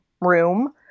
room